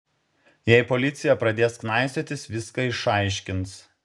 jei policija pradės knaisiotis viską išaiškins